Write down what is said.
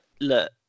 Look